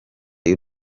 y’u